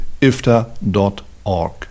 ifta.org